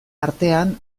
artean